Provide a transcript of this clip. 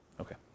Okay